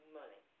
money